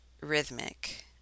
rhythmic